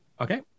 Okay